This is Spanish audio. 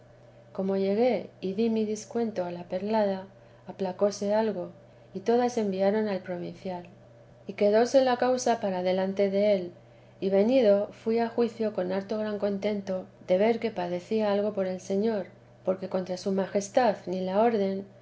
como llegué y di mi descuento a la perlada aplacóse algo y todas enviaron al provincial y quedóse la causa para delante del y venido fui a juicio con harto gran contento de ver que padecía algo por el señor porque contra su majestad ni la orden